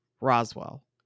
Roswell